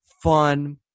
fun